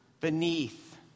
beneath